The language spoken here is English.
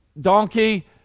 Donkey